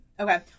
Okay